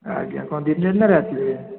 ଆଜ୍ଞା କ'ଣ ଦିନରେ ନା ରାତିରେ